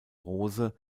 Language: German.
rose